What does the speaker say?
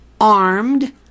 armed